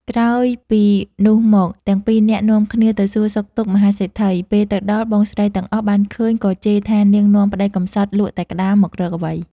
ក្រោយពីនោះមកទាំងពីរនាក់នាំគ្នាទៅសួរសុខទុក្ខមហាសេដ្ឋី ពេលទៅដល់បងស្រីទាំងអស់បានឃើញក៏ជេរថានាងនាំប្ដីកម្សត់លក់តែក្ដាមមករកអ្វី។